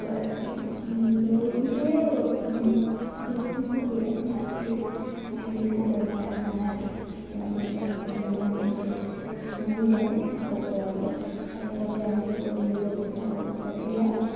কুকুৰাতকে লাভটো যদি একো বেমাৰ নালাগে কেতিয়া বছৰ সময়ত বেমাৰ লাগিলে মৰি যায় কুকুৰাবোৰ তাৰে বাবে আমি প্ৰতিৰোধ ব্যৱস্থা ঔষধ পাতি দিয়া হয়